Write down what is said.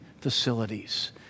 facilities